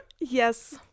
Yes